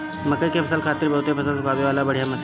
मकई के फसल खातिर बहुते फसल सुखावे वाला बढ़िया मशीन बा